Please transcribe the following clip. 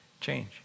Change